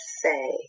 say